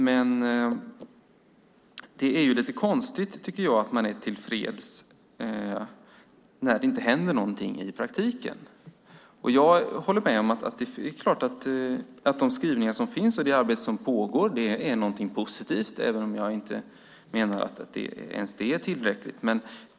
Men det är lite konstigt, tycker jag, att man är tillfreds när det inte händer någonting i praktiken. Jag håller med om att de skrivningar som finns och det arbete som pågår är någonting positivt, även om jag inte menar att ens det är tillräckligt.